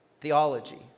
theology